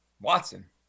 Watson